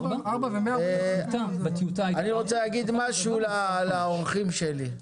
4. אני רוצה להגיד משהו לאורחים שלי: